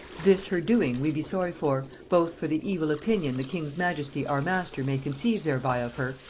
this her doing we be sorry for, both for the evil opinion the king's majesty our master may conceive thereby of her,